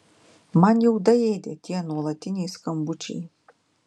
man jau daėdė tie nuolatiniai skambučiai